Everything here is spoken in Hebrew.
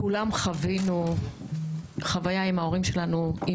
כולנו חווינו חוויה עם ההורים שלנו.